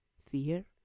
fear